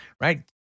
right